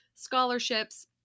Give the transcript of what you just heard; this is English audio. scholarships